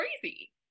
crazy